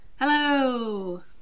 Hello